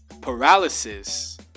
Paralysis